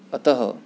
अतः